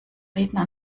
redner